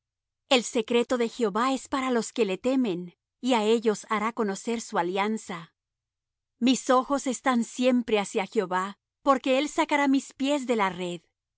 el secreto de jehová es para los que le temen y á ellos hará conocer su alianza mis ojos están siempre hacia jehová porque él sacará mis pies de la red